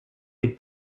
les